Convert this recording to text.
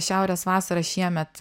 šiaurės vasara šiemet